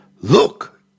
look